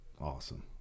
Awesome